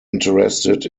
interested